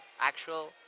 actual